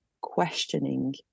questioning